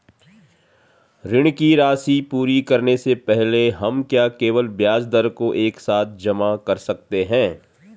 ऋण की राशि पूरी करने से पहले हम क्या केवल ब्याज दर को एक साथ जमा कर सकते हैं?